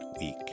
week